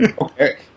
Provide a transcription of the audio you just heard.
Okay